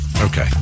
Okay